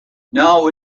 now